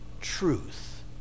truth